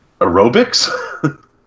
aerobics